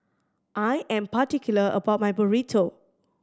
I am particular about my Burrito